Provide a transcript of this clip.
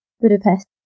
Budapest